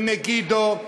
במגידו,